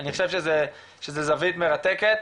אני חושב שזו זווית מרתקת,